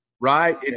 Right